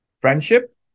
friendship